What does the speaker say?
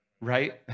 right